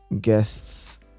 guests